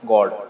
God